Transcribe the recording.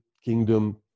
kingdom